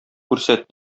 күрсәт